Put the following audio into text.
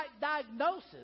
diagnosis